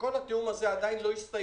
וכל התאום הזה עדין לא הסתיים.